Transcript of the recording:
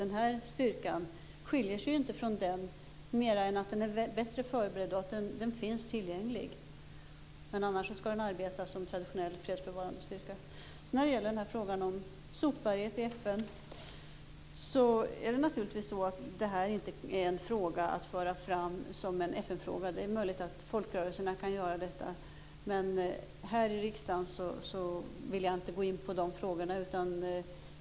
Den här styrkan skiljer sig inte från den mer än att den är bättre förberedd och att den finns tillgänglig. Annars skall den arbeta som en traditionell fredsbevarande styrka. Frågan om sopberget i FN är inte någonting att föra fram som en FN-fråga. Det är möjligt att folkrörelserna kan göra detta, men här i riksdagen vill jag inte gå in på de frågorna.